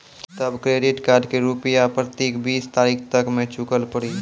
तब credit card के रूपिया प्रतीक बीस तारीख तक मे चुकल पड़ी?